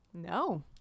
No